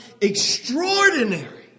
extraordinary